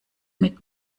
mit